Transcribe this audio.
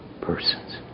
persons